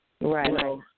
Right